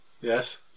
Yes